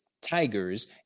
Tigers